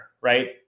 right